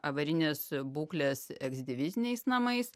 avarinės būklės eksdiviziniais namais